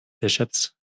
bishops